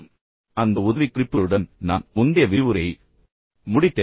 எனவே அந்த உதவிக்குறிப்புகளுடன் நான் முந்தைய விரிவுரையை முடித்தேன்